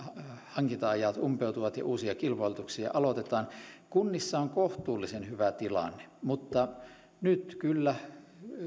hankinta ajat umpeutuvat ja uusia kilpailutuksia aloitetaan kunnissa on kohtuullisen hyvä tilanne mutta nyt kyllä